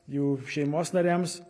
jų šeimos nariams